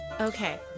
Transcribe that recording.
okay